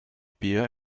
bier